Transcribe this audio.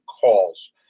calls